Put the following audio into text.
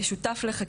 תודה רבה.